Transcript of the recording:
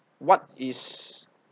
what is